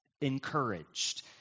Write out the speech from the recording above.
encouraged